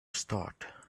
start